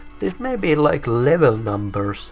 these may be like level numbers